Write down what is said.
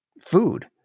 food